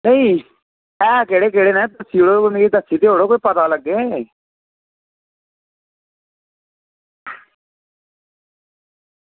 नेईं ऐ केह्ड़े केह्ड़े न दस्सी ओड़ो मिगी दस्सी ते ओड़ो पता लग्गे